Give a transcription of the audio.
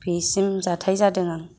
बिसिम जाथाय जादों आं